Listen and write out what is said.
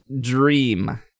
Dream